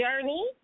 journey